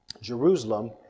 Jerusalem